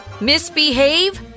Misbehave